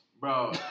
bro